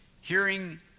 hearing